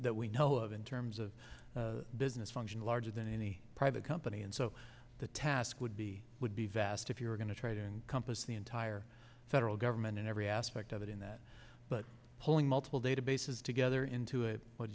that we know of in terms of business function larger than any private company and so the task would be would be vast if you were going to try to encompass the entire federal government in every aspect of it in that but pulling multiple databases together into it